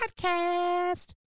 podcast